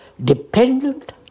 Dependent